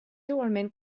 igualment